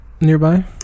nearby